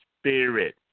spirit